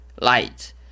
light